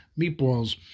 meatballs